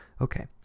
Okay